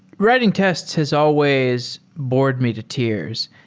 writing tests has always bored me to tears,